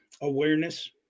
awareness